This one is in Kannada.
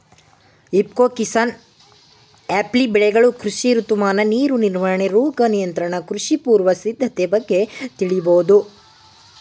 ಇಫ್ಕೊ ಕಿಸಾನ್ಆ್ಯಪ್ಲಿ ಬೆಳೆಗಳು ಕೃಷಿ ಋತುಮಾನ ನೀರು ನಿರ್ವಹಣೆ ರೋಗ ನಿಯಂತ್ರಣ ಕೃಷಿ ಪೂರ್ವ ಸಿದ್ಧತೆ ಬಗ್ಗೆ ತಿಳಿಬೋದು